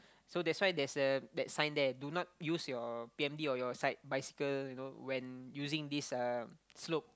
so that's why there's a that sign there do not use your p_m_d or your side bicycle you know when using this uh slope